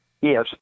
Yes